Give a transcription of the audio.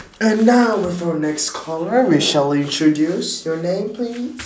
and now with our next caller we shall introduce your name please